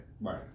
right